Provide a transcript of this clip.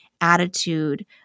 attitude